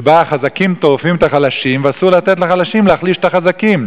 שבה החזקים טורפים את החלשים ואסור לתת לחלשים להחליש את החזקים.